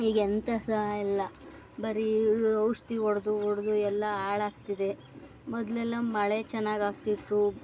ಈಗೆಂತ ಸಹಾ ಇಲ್ಲ ಬರೀ ಔಷಧಿ ಹೊಡೆದು ಹೊಡೆದು ಎಲ್ಲ ಹಾಳಾಗ್ತಿದೆ ಮೊದಲೆಲ್ಲ ಮಳೆ ಚೆನ್ನಾಗಾಗ್ತಿತ್ತು